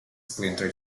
splinter